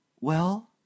Well